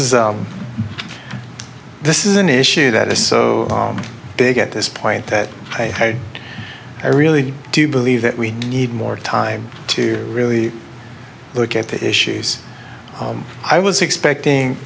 is this is an issue that is so big at this point that i i really do believe that we need more time to really look at the issues i was expecting